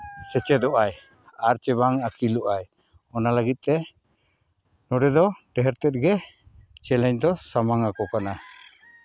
ᱥᱮᱪᱮᱫᱚᱜ ᱟᱭ ᱟᱨ ᱪᱮ ᱵᱟᱝ ᱟᱹᱠᱤᱞᱚᱜ ᱟᱭ ᱚᱱᱟ ᱞᱟᱹᱜᱤᱫ ᱛᱮ ᱱᱚᱰᱮ ᱫᱚ ᱰᱷᱮᱨ ᱛᱮᱫ ᱜᱮ ᱪᱮᱞᱮᱧᱡᱽ ᱫᱚ ᱥᱟᱢᱟᱝ ᱟᱠᱚ ᱠᱟᱱᱟ